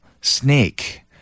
snake